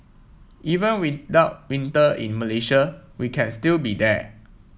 even without winter in Malaysia we can still be there